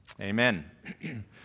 Amen